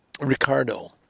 Ricardo